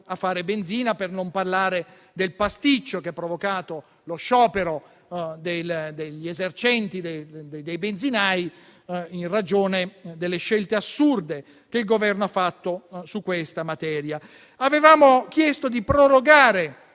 a fare benzina. Questo per non parlare del pasticcio che ha provocato lo sciopero degli esercenti, dei benzinai, in ragione delle scelte assurde che il Governo ha assunto su questa materia. Avevamo chiesto di prorogare